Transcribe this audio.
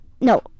No